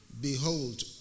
Behold